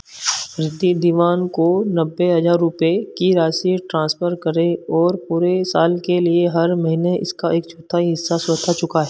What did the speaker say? रिद्धि दीवान को नब्बे हज़ार रुपये की राशि ट्रांसफर करें और पूरे साल के लिए हर महीने इसका एक चौथाई हिस्सा स्वतः चुकाएँ